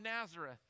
Nazareth